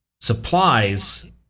supplies